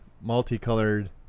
multicolored